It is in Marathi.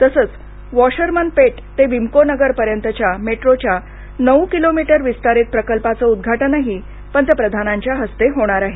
तसंच वाशरमेनपेट ते विम्को नगर पर्यंतच्या मेट्रोच्या नऊ किलोमीटर विस्तारित प्रकल्पाचं उद्घाटनही पंतप्रधानांच्या हस्ते होणार आहे